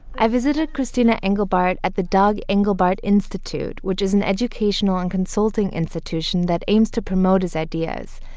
i visited christina engelbart at the doug engelbart institute, which is an educational and consulting institution that aims to promote his ideas.